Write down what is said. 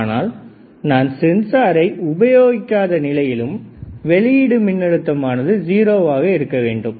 ஆனால் நான் சென்சாரை உபயோகிக்காத நிலையில் வெளியீடு மின்னழுத்தம் ஆனது ஜீரோவாக இருக்க வேண்டும்